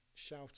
shout